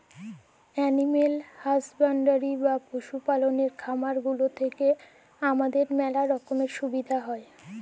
animal husbandry বা পশু পাললের খামার গুলা থেক্যে হামাদের ম্যালা রকমের সুবিধা হ্যয়